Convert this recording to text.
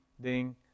Ding